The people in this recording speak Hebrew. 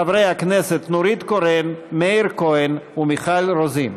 חברי הכנסת נורית קורן, מאיר כהן ומיכל רוזין.